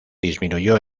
disminuyó